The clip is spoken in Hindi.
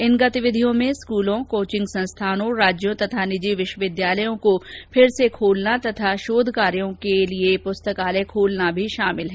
इन गतिविधियों में स्कूलों कोचिंग संस्थानों राज्यों तथा निजी विश्वविद्यालयों को फिर से खोलना और शोध कार्य करने वालों के लिए पुस्तकालयों को खोलना भी शामिल है